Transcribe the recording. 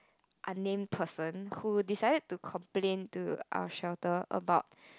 unnamed person who decided to complain to a shelter about